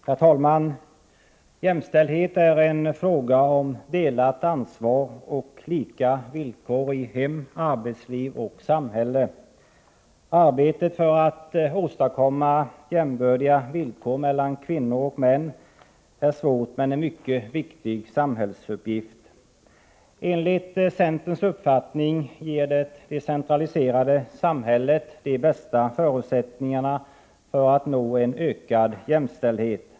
Herr talman! Jämställdhet är en fråga om delat ansvar och lika villkor i hem, arbetsliv och samhälle. Arbetet för att åstadkomma jämbördiga villkor för kvinnor och män är svårt men en mycket viktig samhällsuppgift. Enligt centerns uppfattning ger det decentraliserade samhället de bästa förutsättningarna att nå ökad jämställdhet.